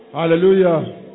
Hallelujah